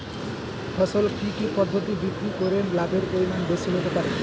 ফসল কি কি পদ্ধতি বিক্রি করে লাভের পরিমাণ বেশি হতে পারবে?